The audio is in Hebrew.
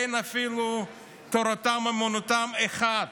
ואין אפילו "תורתם אומנותם" אחד.